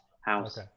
house